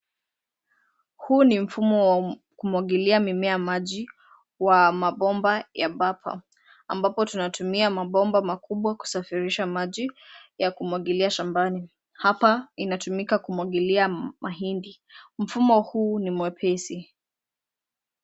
Huu ni mfumo wa kumwagilia mimea maji wa mabomba ya bapa, ambapo tunatumia mabomba makubwa kusafirisha maji ya kumwagilia shambani. Hapa inatumika kumwagilia mahindi. Mfumo huu ni mwepesi.